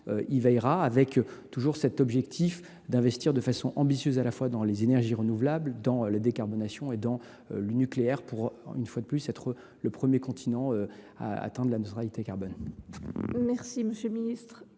y veillera, en conservant cet objectif d’investir de façon ambitieuse à la fois dans les énergies renouvelables, dans la décarbonation et dans le nucléaire, de manière à être le premier continent à atteindre la neutralité carbone. La parole est